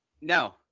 No